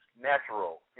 natural